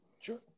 Sure